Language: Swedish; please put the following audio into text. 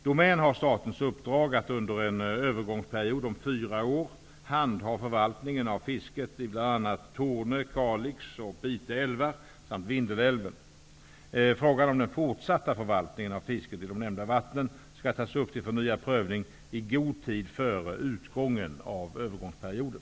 Domän har statens uppdrag att under en övergångsperiod om fyra år handha förvaltningen av fisket i bl.a. Torne, Kalix och Pite älvar samt Vindelälven. Frågan om den fortsatta förvaltningen av fisket i de nämnda vattnen skall tas upp till förnyad prövning i god tid före utgången av övergångsperioden.